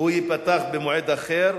הוא ייפתח במועד אחר,